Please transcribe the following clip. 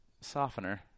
softener